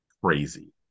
crazy